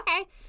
okay